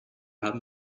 haben